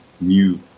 new